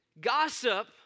Gossip